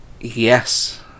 Yes